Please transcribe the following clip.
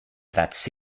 that